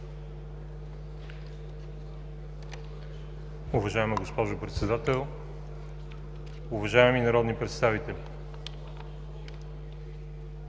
Уважаема госпожо Председател, уважаеми народни представители!